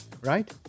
right